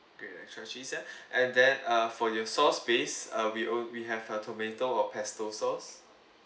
K extra cheese ya and then uh for your sauce base uh we all we have a tomato or pesto sauce